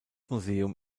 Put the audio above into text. museum